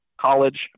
college